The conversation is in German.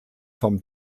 vom